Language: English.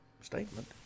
statement